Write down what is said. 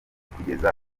kugeza